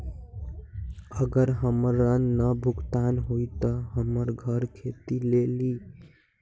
अगर हमर ऋण न भुगतान हुई त हमर घर खेती लेली?